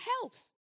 health